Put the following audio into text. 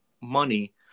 money